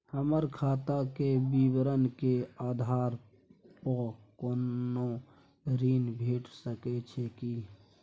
हमर खाता के विवरण के आधार प कोनो ऋण भेट सकै छै की?